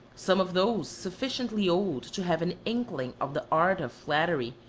some of those sufficiently old to have an inkling of the art of flattery,